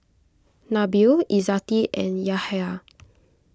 Nabil Izzati and Yahya